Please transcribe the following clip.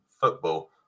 football